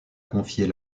confier